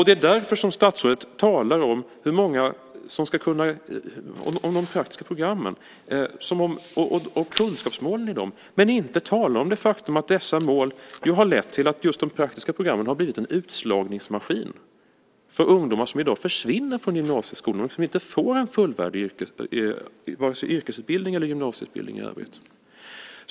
Det är därför statsrådet talar om de praktiska programmen och kunskapsmålen i dem men inte talar om det faktum att dessa mål ju har lett till att just de praktiska programmen har blivit en utslagningsmaskin för ungdomar som i dag försvinner från gymnasieskolan och som inte får en fullvärdig vare sig yrkesutbildning eller gymnasieutbildning.